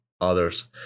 others